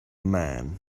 man